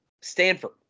Stanford